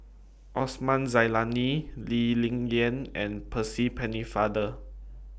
Osman Zailani Lee Ling Yen and Percy Pennefather